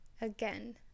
Again